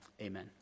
Amen